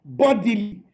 bodily